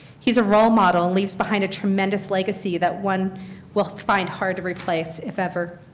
he is a role model and leaves behind a tremendous legacy that one will find hard to replace, if ever.